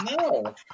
No